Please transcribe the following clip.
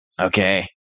okay